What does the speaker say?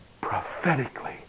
Prophetically